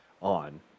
on